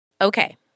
Okay